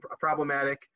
problematic